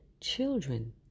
children